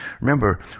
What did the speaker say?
Remember